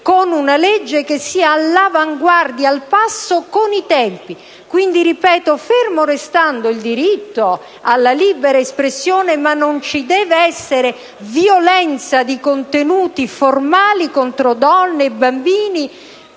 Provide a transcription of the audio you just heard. con una legge che sia all'avanguardia, al passo con i tempi. Ripeto, fermo restando il diritto alla libera espressione, non ci deve essere violenza di contenuti formali contro donne e bambini,